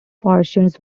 fortunes